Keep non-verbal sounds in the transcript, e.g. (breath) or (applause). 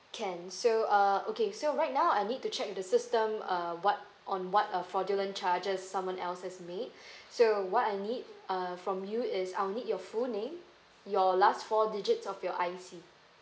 can so uh okay so right now I need to check the system uh what on what uh fraudulent charges someone else has made (breath) so what I need uh from you is I'll need your full name your last four digit of your I_C